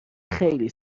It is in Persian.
خیلی